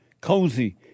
Cozy